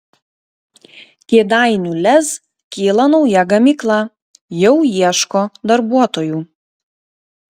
kėdainių lez kyla nauja gamykla jau ieško darbuotojų